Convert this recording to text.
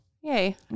Yay